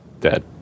dead